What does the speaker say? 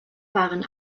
waren